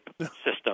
system